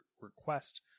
request